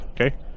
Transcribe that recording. Okay